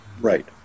Right